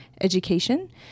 education